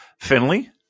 Finley